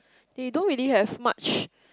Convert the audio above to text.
they don't really have much